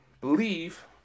believe